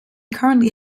currently